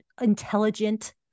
intelligent